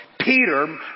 Peter